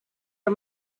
our